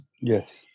Yes